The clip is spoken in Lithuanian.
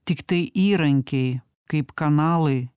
tiktai įrankiai kaip kanalai